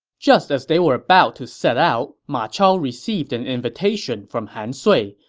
just as they were about to set out, ma chao received an invitation from han sui,